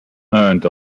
earned